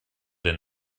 den